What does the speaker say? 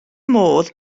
modd